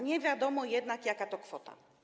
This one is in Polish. Nie wiadomo jednak, jaka to jest kwota.